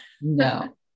No